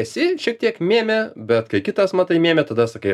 esi šiek tiek mėmė bet kai kitas matai mėmė tada sakai